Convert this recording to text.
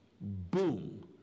Boom